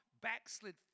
backslid